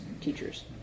teachers